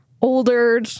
older